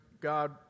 God